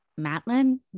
matlin